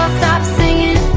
stops singing